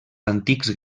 antics